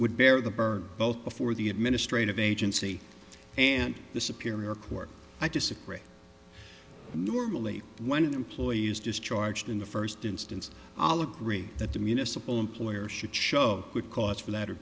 would bear the burden both before the administrative agency and the superior court i disagree normally when employees discharged in the first instance all agree that the municipal employer should show cause for that or